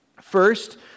First